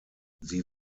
sie